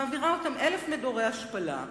מעבירה אותם אלף מדורי השפלה,